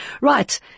Right